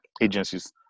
agencies